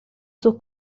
sus